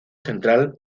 central